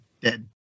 dead